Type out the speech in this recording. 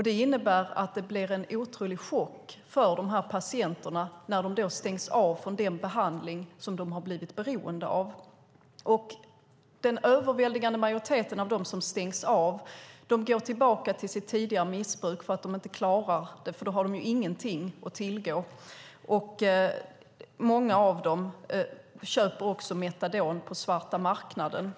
Det innebär en otrolig chock för patienterna när de stängs av från den behandling de har blivit beroende av. Den överväldigande majoriteten av dem som stängs av går tillbaka till sitt tidigare missbruk eftersom de har ingenting att tillgå. Många av dem köper metadon på svarta marknaden.